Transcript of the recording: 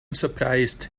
surprised